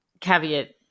caveat